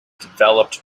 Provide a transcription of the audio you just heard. developed